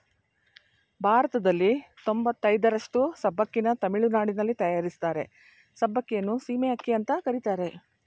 ಭಾರತದಲ್ಲಿ ತೊಂಬತಯ್ದರಷ್ಟು ಸಬ್ಬಕ್ಕಿನ ತಮಿಳುನಾಡಲ್ಲಿ ತಯಾರಿಸ್ತಾರೆ ಸಬ್ಬಕ್ಕಿಯನ್ನು ಸೀಮೆ ಅಕ್ಕಿ ಅಂತ ಕರೀತಾರೆ